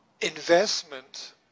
investment